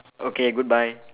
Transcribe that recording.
okay goodbye